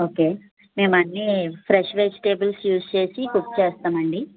okay మేము అన్నీ fresh vegetables use చేసి కుక్ చేస్తాం అండి